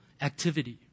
activity